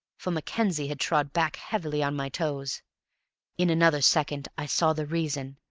for mackenzie had trod back heavily on my toes in another second i saw the reason,